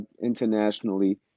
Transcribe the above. internationally